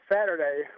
Saturday